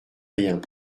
rien